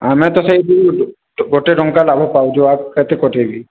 ଆମେ ତ ସେଇଥିରୁ ଗୋଟେ ଟଙ୍କା ଲାଭ ପାଉଛୁ ଆଉ କେତେ କଟେଇବି